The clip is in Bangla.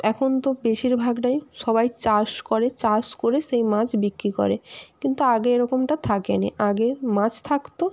এখন তো বেশিরভাগটাই সবাই চাষ করে চাষ করে সেই মাছ বিক্রি করে কিন্তু আগে এরকমটা থাকেনি আগে মাছ থাকত